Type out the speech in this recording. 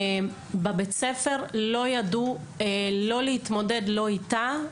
בבית ספר לא ידעו להתמודד איתה,